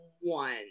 one